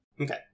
Okay